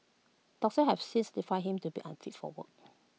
doctors have since certified him to be unfit for work